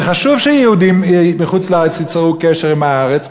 וחשוב שיהודים מחו"ל ייצרו קשר עם הארץ,